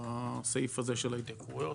בסעיף הזה של ההתייקרויות,